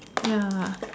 ya